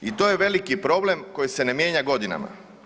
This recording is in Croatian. I to je veliki problem koji se ne mijenja godinama.